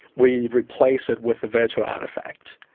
we replace it with a virtual artefact.